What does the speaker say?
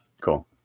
Cool